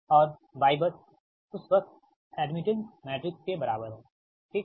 और Ybus उस bus admittance matrix के बराबर है ठीक